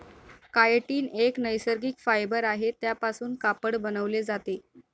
chitin एक नैसर्गिक fibre आहे त्यापासून कापड बनवले जाते